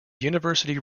university